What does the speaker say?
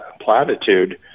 platitude